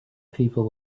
people